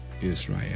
israel